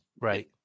right